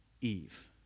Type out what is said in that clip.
Eve